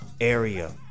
area